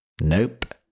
Nope